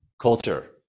culture